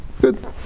Good